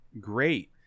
great